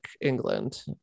England